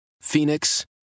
Phoenix